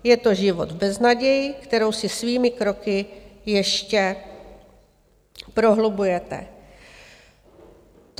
Je to život v beznaději, kterou si svými kroky ještě prohlubujete.